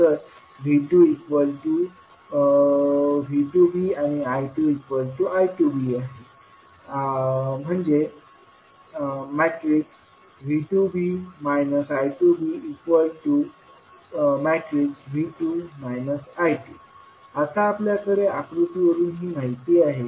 तर V2 V2b आणि I2I2b आहे V2b I2b V2 I2 आता आपल्याकडे आकृतीवरून ही माहिती आहे